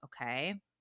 Okay